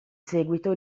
seguito